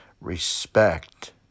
respect